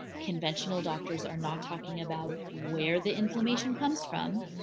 conventional doctors are not talking about where the inflammation comes from.